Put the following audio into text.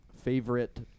favorite